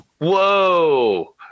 Whoa